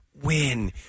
Win